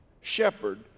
Shepherd